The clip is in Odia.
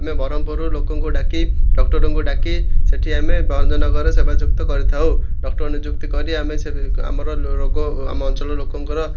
ଆମେ ବରହମ୍ପୁରରୁ ଲୋକଙ୍କୁ ଡାକି ଡକ୍ଟରଙ୍କୁ ଡାକି ସେଠି ଆମେ ଭଞ୍ଜନଗରରେ ସେବାଯୁକ୍ତ କରିଥାଉ ଡକ୍ଟର ନିଯୁକ୍ତି କରି ଆମେ ଆମର ରୋଗ ଆମ ଅଞ୍ଚଳର ଲୋକଙ୍କର